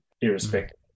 Irrespective